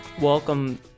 Welcome